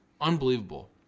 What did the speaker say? Unbelievable